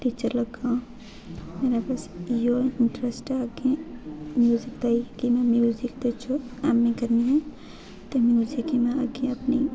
में music teacher लग्गां मेरा इ'यै इंटरैस्ट ऐ अग्गें ते म्युजिक तां ई कि में म्युजिक बिच ऐम्म ए करनी ऐ ते म्युजिक ई में अग्गें अपनी